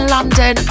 London